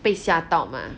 被吓到 mah